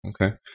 Okay